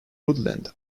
woodland